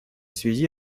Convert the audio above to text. связи